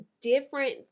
different